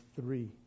three